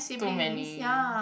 too many